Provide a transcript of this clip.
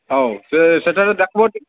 ହଉ ସେ ସେଠାରେ ଦେଖିବ